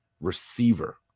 receiver